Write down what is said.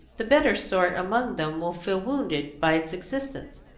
the better sort among them will feel wounded by its existence,